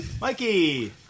Mikey